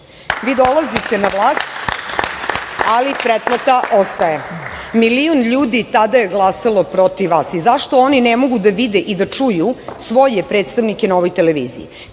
dolazite na vlast, ali pretplata ostaje. Milion ljudi tada je glasalo protiv vas i zašto oni ne mogu da vide i da čuju svoje predstavnike na ovoj televiziji.